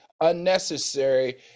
unnecessary